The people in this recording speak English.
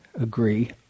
agree